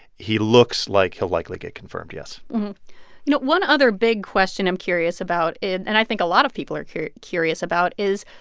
he looks like he'll likely get confirmed, yes you know, one other big question i'm curious about it and i think a lot of people are curious curious about is,